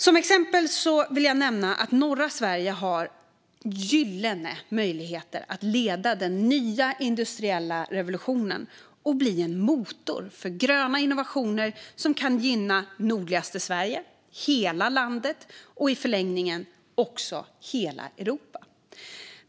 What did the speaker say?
Som exempel vill jag nämna att norra Sverige har gyllene möjligheter att leda den nya industriella revolutionen och bli en motor för gröna innovationer som kan gynna nordligaste Sverige, hela landet och i förlängningen hela Europa.